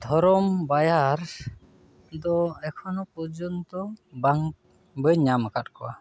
ᱫᱷᱚᱨᱚᱢ ᱵᱟᱭᱟᱨ ᱫᱚ ᱮᱠᱷᱚᱱᱚ ᱯᱚᱨᱡᱚᱱᱛᱚ ᱵᱟᱝ ᱵᱟᱹᱧ ᱧᱟᱢ ᱟᱠᱟᱫ ᱠᱚᱣᱟ